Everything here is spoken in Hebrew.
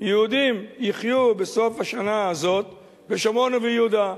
יהודים יחיו בסוף השנה הזאת בשומרון וביהודה.